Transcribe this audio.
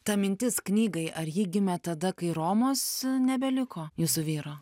ta mintis knygai ar ji gimė tada kai romos nebeliko jūsų vyro